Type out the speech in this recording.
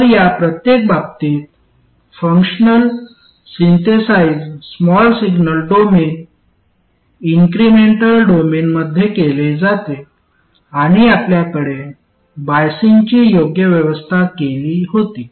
तर या प्रत्येक बाबतीत functional synthesise small signal domain incremental डोमेनमध्ये केले जाते आणि आपल्याकडे बायसिंगची योग्य व्यवस्था केली होती